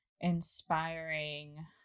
inspiring